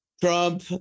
Trump